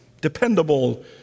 dependable